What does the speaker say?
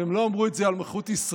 והם לא אמרו את זה על מלכות ישראל,